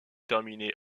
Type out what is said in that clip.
terminer